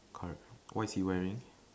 alright what is he wearing